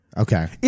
Okay